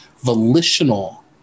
volitional